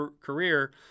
career